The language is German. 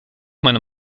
meiner